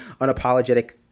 unapologetic